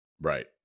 right